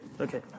Okay